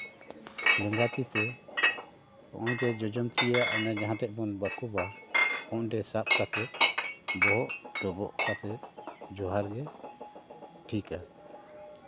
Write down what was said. ᱞᱮᱸᱜᱟ ᱛᱤᱛᱮ ᱱᱚᱜᱼᱚᱭ ᱡᱟ ᱡᱚᱡᱚᱢ ᱛᱤᱭᱟᱜ ᱚᱱᱮ ᱡᱟᱦᱟᱸ ᱴᱷᱮᱱ ᱵᱚᱱ ᱵᱟᱹᱠᱩᱵᱟ ᱚᱸᱰᱮ ᱥᱟᱵ ᱠᱟᱛᱮᱫ ᱵᱚᱦᱚᱜ ᱰᱚᱵᱚᱜ ᱠᱟᱛᱮᱫ ᱡᱚᱦᱟᱨ ᱜᱮ ᱴᱷᱤᱠᱟ